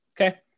okay